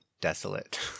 desolate